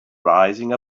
rising